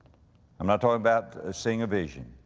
i'm not talking about, ah, seeing a vision.